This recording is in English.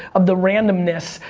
of the randomness,